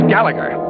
Gallagher